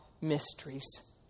mysteries